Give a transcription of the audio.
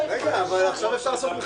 אם אדם עשה את זה,